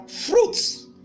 fruits